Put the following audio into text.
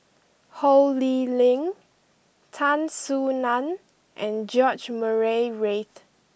Ho Lee Ling Tan Soo Nan and George Murray Reith